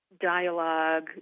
dialogue